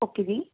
okay ਜੀ